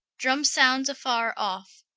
drumme sounds a farre off.